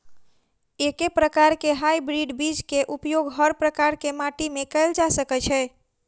एके प्रकार केँ हाइब्रिड बीज केँ उपयोग हर प्रकार केँ माटि मे कैल जा सकय छै?